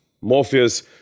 Morpheus